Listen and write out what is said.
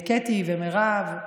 את קטי ומירב,